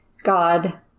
God